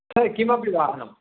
ते किमपि वाहनं